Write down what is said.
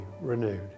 renewed